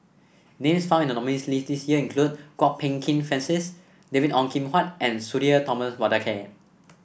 names found in the nominees' list this year include Kwok Peng Kin Francis David Ong Kim Huat and Sudhir Thomas Vadaketh